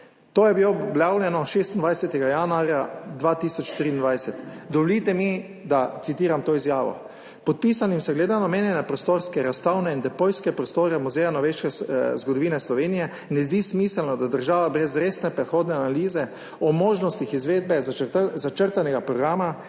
To je bilo objavljeno 26. januarja 2023. Dovolite mi, da citiram to izjavo: »Podpisanim se glede na omenjene prostorske, razstavne in depojske prostore Muzeja novejše zgodovine Slovenije ne zdi smiselno, da država brez resne predhodne analize o možnostih izvedbe začrtanega programa